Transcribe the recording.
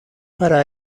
para